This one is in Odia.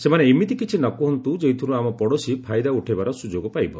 ସେମାନେ ଏମିତି କିଛି ନ କୁହନ୍ତୁ ଯେଉଁଥିରୁ ଆମର ପଡ଼ୋଶୀ ଫାଇଦା ଉଠାଇବାର ସୁଯୋଗ ପାଇବ